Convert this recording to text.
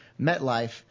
MetLife